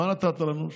מה נתת לנו?